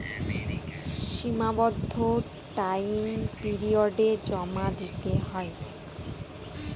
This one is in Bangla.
সীমাবদ্ধ টাইম পিরিয়ডে জমা দিতে হয়